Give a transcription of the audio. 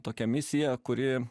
tokia misija kuri